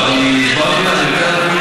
שמואל אליהו.